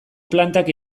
plantak